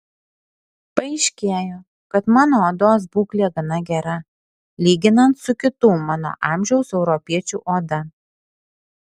paaiškėjo kad mano odos būklė gana gera lyginant su kitų mano amžiaus europiečių oda